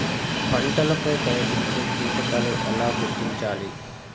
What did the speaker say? పంటలపై కనిపించే కీటకాలు ఎలా గుర్తించాలి?